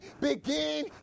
begin